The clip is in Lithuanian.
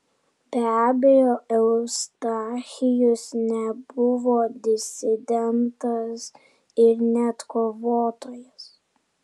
be abejo eustachijus nebuvo disidentas ir net kovotojas